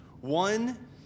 One